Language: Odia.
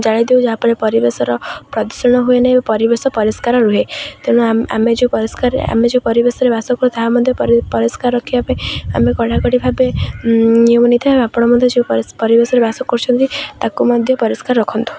ଜାଳି ଦେଉ ଯାହାଫଳରେ ପରିବେଶର ପ୍ରଦୂଷଣ ହୁଏ ନାହିଁ ଏବଂ ପରିବେଶ ପରିଷ୍କାର ରୁହେ ତେଣୁ ଆମେ ଯେଉଁ ପରିଷ୍କାର ଆମେ ଯେଉଁ ପରିବେଶରେ ବାସ କରୁ ତାହା ମଧ୍ୟ ପରିଷ୍କାର ରଖିବା ପାଇଁ ଆମେ କଡ଼ା କଡ଼ିି ଭାବେ ନିୟମ ନେଇଥାଉ ଆପଣ ମଧ୍ୟ ଯେଉଁ ପରିବେଶରେ ବାସ କରୁଛନ୍ତି ତାକୁ ମଧ୍ୟ ପରିଷ୍କାର ରଖନ୍ତୁ